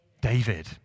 David